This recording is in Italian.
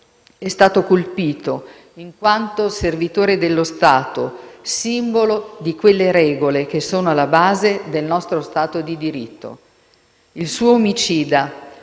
è stato colpito in quanto servitore dello Stato, simbolo di quelle regole che sono alla base del nostro Stato di diritto. Il suo omicida